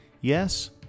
Yes